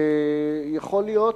ויכול להיות,